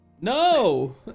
No